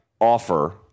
offer